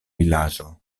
vilaĝo